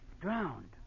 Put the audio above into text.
Drowned